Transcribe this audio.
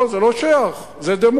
לא, זה לא שייך, זה דמוקרטיה.